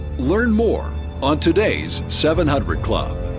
learn more on today's seven hundred club.